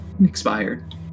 Expired